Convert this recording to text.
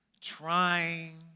trying